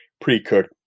pre-cooked